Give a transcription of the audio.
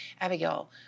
Abigail